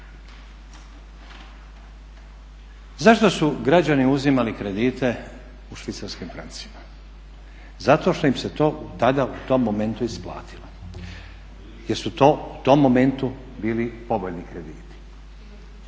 Zašto su građani uzimali kredite u švicarskim francima? Zato što im se to tada u tom momentu isplatilo. Jer su to u tom momentu bili povoljni krediti.